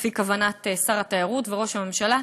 לפי כוונת שר התיירות וראש הממשלה,